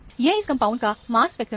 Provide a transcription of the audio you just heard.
यह इस कंपाउंड का मास स्पेक्ट्रम है